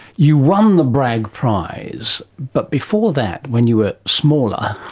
you won the bragg prize, but before that, when you were smaller,